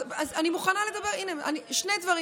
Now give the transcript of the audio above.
שני דברים